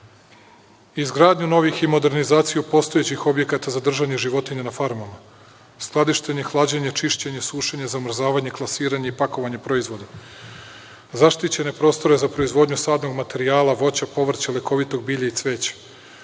izgradnju novih i modernizaciju postojećih objekata za držanje životinja na farmama, skladištenje, hlađenje, čišćenje, sušenje, zamrzavanje, klasiranje i pakovanje proizvoda, zaštićene prostore za proizvodnju sadnog materijala, voća, povrća, lekovitog bilja i cveća,